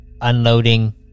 unloading